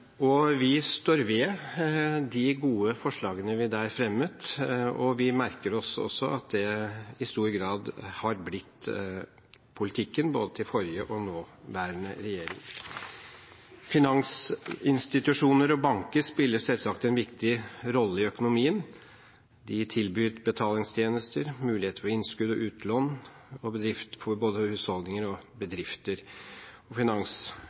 Vi står ved de gode forslagene vi der fremmet. Vi merker oss også at det i stor grad har blitt politikken både til forrige og nåværende regjering. Finansinstitusjoner og banker spiller selvsagt en viktig rolle i økonomien. De tilbyr betalingstjenester, muligheter for innskudd og utlån for både husholdninger og bedrifter. Finansnæringen bidrar med avgjørende finansiell infrastruktur som skal tjene både disse husholdningene og